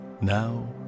Now